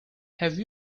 have